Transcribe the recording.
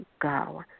go